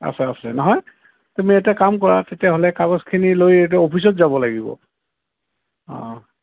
আছে আছে নহয় তুমি এটা কাম কৰা তেতিয়াহ'লে কাগজখিনি লৈ এইটো অফিচত যাব লাগিব